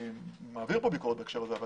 אני מעביר כאן ביקורת בקשר הזה אבל